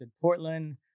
Portland